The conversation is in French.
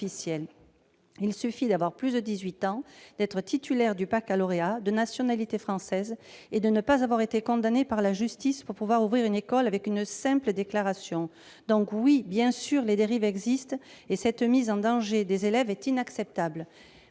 Il suffit d'avoir plus de dix-huit ans, d'être titulaire du baccalauréat, de nationalité française et de ne pas avoir été condamné par la justice pour pouvoir ouvrir une école avec une simple déclaration. Alors, oui, les dérives existent, et cette mise en danger des élèves est inacceptable